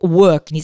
work